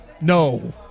no